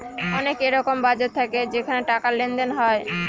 অনেক এরকম বাজার থাকে যেখানে টাকার লেনদেন হয়